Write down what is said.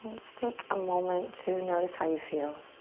just take a moment to notice how you feel.